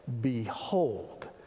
behold